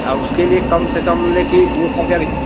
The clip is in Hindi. अब उसके लिये कम से कम लेकिन दो हजार